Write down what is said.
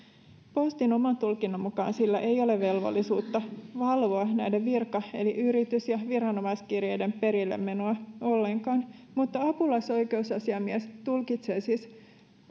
postin oman tulkinnan mukaan sillä ei ole velvollisuutta valvoa näiden virka eli yritys ja viranomaiskirjeiden perillemenoa ollenkaan mutta apulaisoikeusasiamies tulkitsee siis